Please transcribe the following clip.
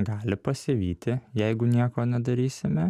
gali pasivyti jeigu nieko nedarysime